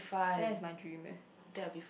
that is my dream eh